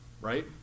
right